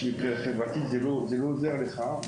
מבחינה חברתית זה לא עוזר לך,